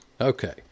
okay